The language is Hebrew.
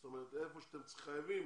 זאת אומרת איפה שאתם חייבים